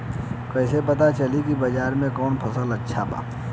कैसे पता चली की बाजार में कवन फसल अच्छा बा?